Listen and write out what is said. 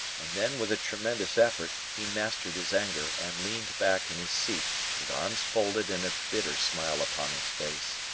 and then, with a tremendous effort, he mastered his anger and leaned back in his seat with arms folded and a bitter smile upon his face.